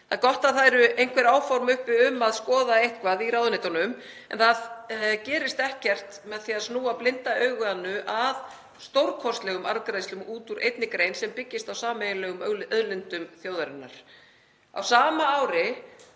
Það er gott að einhver áform eru uppi um að skoða eitthvað í ráðuneytunum, en það gerist ekkert með því að snúa blinda auganu að stórkostlegum arðgreiðslum út úr einni grein sem byggist á sameiginlegum auðlindum þjóðarinnar. Á sama ári